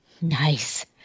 nice